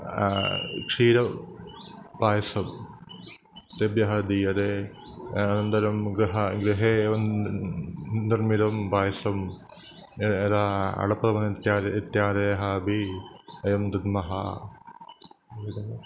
क्षीरपायसं तेभ्यः दीयते अनन्तरं गृहे गृहे एव निर्मितं पायसं अळपमनित्यादि इत्यादयः अपि वयं दद्मः